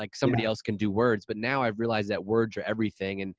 like somebody else can do words but now i've realized that words are everything. and